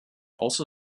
also